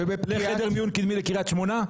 זה חדר מיון קדמי לקריית שמונה?